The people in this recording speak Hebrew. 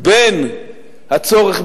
בין הצורך,